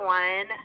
one